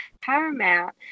paramount